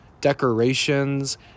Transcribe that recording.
decorations